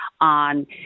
on